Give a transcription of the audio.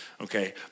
okay